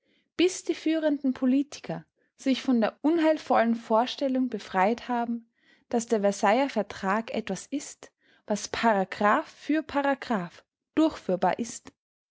bis die führenden politiker sich von der unheilvollen vorstellung befreit haben daß der versailler vertrag etwas ist was paragraph für paragraph durchführbar ist